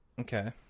Okay